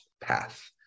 path